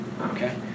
Okay